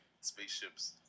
spaceships